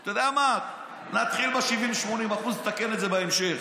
אתה יודע מה, נתחיל ב-70% 80%, ונתקן את זה בהמשך.